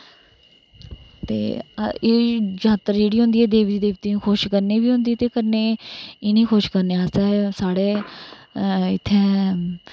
ते एह् जात्तर जेह्ड़ी होंदी ऐ देवी देवतेंई खुश करने बी होंदी ते कन्ने इ'नें खुश करनै आस्तै साढ़ै इत्थैं